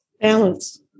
Balance